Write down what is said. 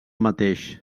mateix